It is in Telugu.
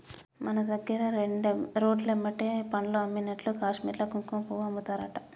మన దగ్గర రోడ్లెమ్బడి పండ్లు అమ్మినట్లు కాశ్మీర్ల కుంకుమపువ్వు అమ్ముతారట